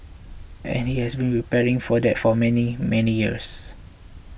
and he has been preparing for that for many many years